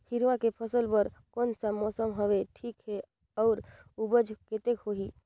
हिरवा के फसल बर कोन सा मौसम हवे ठीक हे अउर ऊपज कतेक होही?